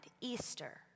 Easter